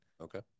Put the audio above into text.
Okay